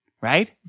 Right